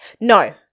No